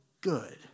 good